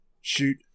shoot